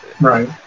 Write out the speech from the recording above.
Right